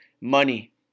money